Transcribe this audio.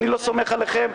אני לא סומך עליכם,